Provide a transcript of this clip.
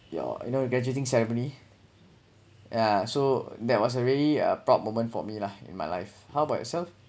your you know your graduating ceremony yeah so that was a really a proud moment for me lah in my life how about yourself